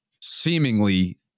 seemingly